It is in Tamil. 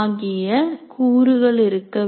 ஆகிய கூறுகள் இருக்க வேண்டும்